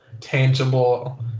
tangible